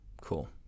Cool